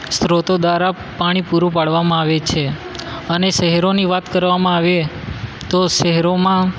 સ્ત્રોતો દ્વારા પાણી પૂરું પાડવામાં આવે છે અને શહેરોનો વાત કરવામાં આવે તો શહેરોમાં